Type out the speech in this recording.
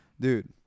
Dude